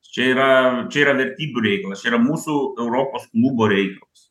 čia yra čia yra vertybių reikalas čia yra mūsų europos klubo reikalas